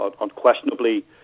unquestionably